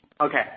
Okay